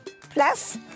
Plus